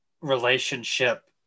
relationship